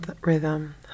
rhythm